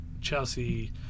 Chelsea